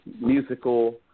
musical